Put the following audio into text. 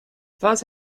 falls